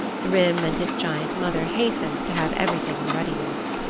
thrym and his giant mother hastened to have everything in readiness.